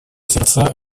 сердца